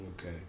Okay